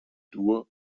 dur